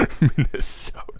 Minnesota